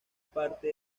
parte